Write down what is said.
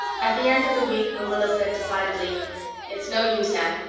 at the end of the week marilla said decidedly it's no use, anne.